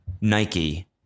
Nike